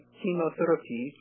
chemotherapy